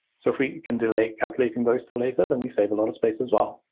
so we can delay calculating those till later. then we save a lot of space as well.